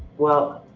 well,